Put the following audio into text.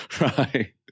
right